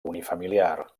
unifamiliar